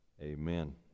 Amen